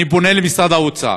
אני פונה למשרד האוצר: